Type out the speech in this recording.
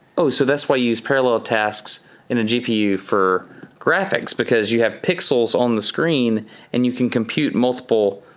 oh, so that's why you use parallel tasks in a gpu for graphics because you have pixels on the screen and you can compute multiple,